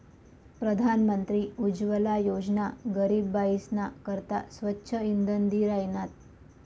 प्रधानमंत्री उज्वला योजना गरीब बायीसना करता स्वच्छ इंधन दि राहिनात